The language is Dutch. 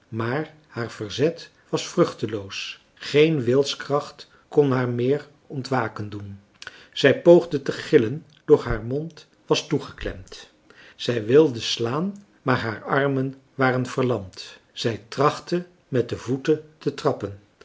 maar haar verzet was vruchteloos geen wilskracht kon haar meer ontwaken doen zij poogde te gillen doch haar mond was toegeklemd zij wilde slaan maar haar marcellus emants een drietal novellen armen waren verlamd zij trachtte met de voeten te trappen